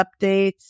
updates